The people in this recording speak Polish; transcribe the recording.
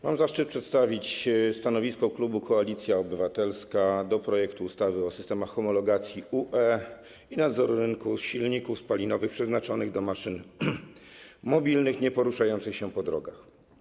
Mam zaszczyt przedstawić stanowisko klubu Koalicja Obywatelska co do projektu ustawy o systemach homologacji typu UE i nadzoru rynku silników spalinowych przeznaczonych do maszyn mobilnych nieporuszających się po drogach.